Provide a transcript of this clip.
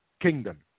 kingdom